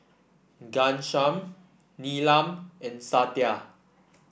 Ghanshyam Neelam and Satya